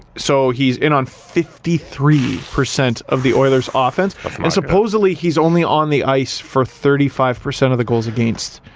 so he's in on fifty three percent of the oilers offense and supposedly he's only on the ice for thirty five percent of the goals against.